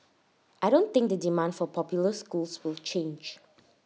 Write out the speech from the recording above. I don't think the demand for popular schools will change